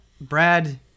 Brad